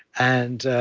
and